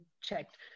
checked